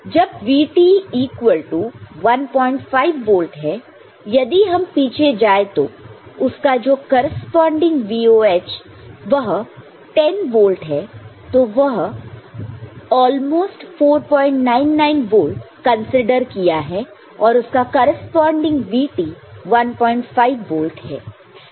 जब VT equal to 15 volt है यदि हम पीछे जाए तो उसका जो करेस्पॉन्डिंग VOHवह 10 वोल्ट है तो वह ऑल मोस्ट 499 वोल्ट कंसीडर किया है और उसका करेस्पॉन्डिंग VT 15 वोल्ट है